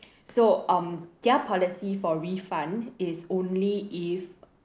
so um their policy for refund is only if